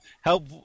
help